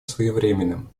своевременным